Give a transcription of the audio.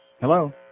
Hello